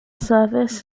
service